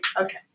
Okay